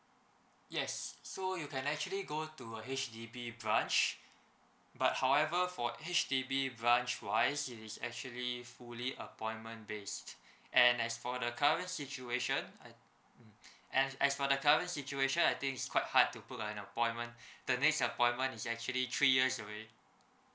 yes so you can actually go to uh H_D_B branch but however for H_D_B branch wise it is actually fully appointment based and as for the current situation and as for the current situation I think it's quite hard to put an appointment the next appointment is actually three years already